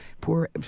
poor